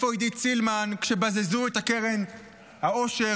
איפה עידית סילמן כשבזזו את קרן העושר,